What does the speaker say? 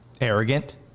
arrogant